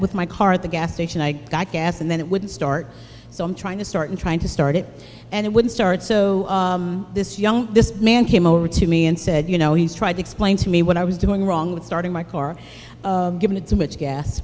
with my car at the gas station i got gas and then it wouldn't start so i'm trying to start trying to start it and it wouldn't start so this young man came over to me and said you know he's tried to explain to me what i was doing wrong with starting my car given it